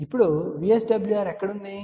ఇప్పుడు VSWR ఎక్కడ ఉంది